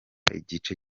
igice